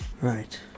Right